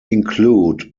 include